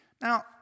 Now